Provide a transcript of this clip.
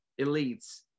elites